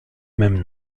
même